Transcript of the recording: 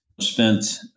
Spent